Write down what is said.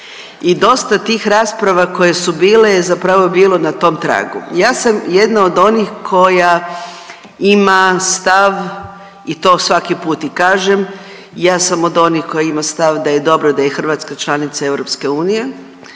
I dosta tih rasprava koje su bile zapravo je bilo na tom tragu. Ja sam jedna od onih koja ima stav i to svaki put i kažem, ja dam od onih koja ima stav da je dobro da je Hrvatska članica EU,